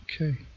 okay